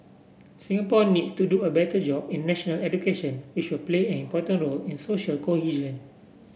Singapore needs to do a better job in national education which will play an important role in social cohesion